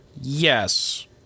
Yes